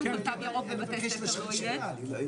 תו ירוק בבתי ספר לא יהיה.